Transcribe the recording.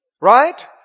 Right